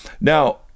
now